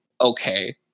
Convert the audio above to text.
okay